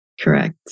Correct